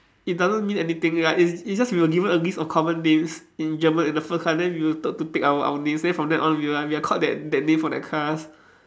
it doesn't mean anything like it's it just we were given a list of common names in German in the first class then we were told to pick our our names then from then on we are we are called that that name for that class